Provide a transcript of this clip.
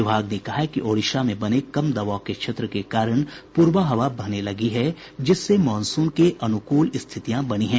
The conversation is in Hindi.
विभाग ने कहा है कि ओडिशा में बने कम दबाव के क्षेत्र के कारण प्ररबा हवा बहने लगी है जिससे मॉनसून के अनुकूल स्थितियां बनी हैं